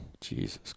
Jesus